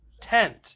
tent